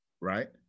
right